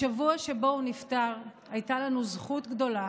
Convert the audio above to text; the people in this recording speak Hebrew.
בשבוע שבו הוא נפטר הייתה לנו זכות גדולה